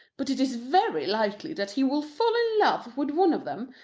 but it is very likely that he will fall in love with one of them,